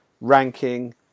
ranking